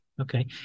okay